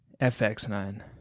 FX9